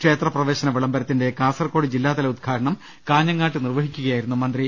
ക്ഷേത്രപ്രവേശന വിളംബരത്തിന്റെ കാസർകോട് ജില്ലാതല ഉദ്ഘാടനം കാഞ്ഞങ്ങാട്ട് നിർവഹിക്കുകയായി രുന്നു മന്ത്രി